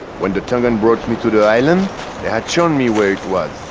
when the tongan brought me to the island they had shown me where it